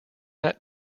that